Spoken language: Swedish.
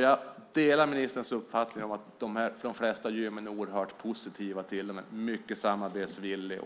Jag delar ministerns uppfattning att de flesta gymmen är oerhört positiva. De är mycket samarbetsvilliga.